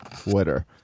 Twitter